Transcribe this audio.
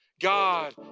God